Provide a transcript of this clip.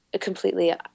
completely